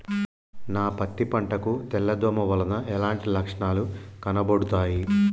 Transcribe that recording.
నా పత్తి పంట కు తెల్ల దోమ వలన ఎలాంటి లక్షణాలు కనబడుతాయి?